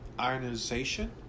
ionization